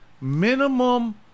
minimum